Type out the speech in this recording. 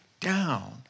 down